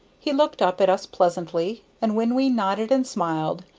he looked up at us pleasantly, and when we nodded and smiled,